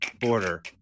border